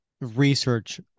research